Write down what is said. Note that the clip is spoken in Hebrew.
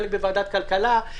חלק בוועדת הכלכלה,